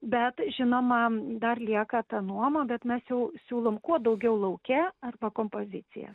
bet žinoma dar lieka ta nuoma bet mes jau siūlom kuo daugiau lauke arba kompoziciją